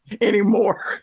anymore